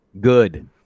Good